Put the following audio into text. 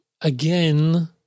again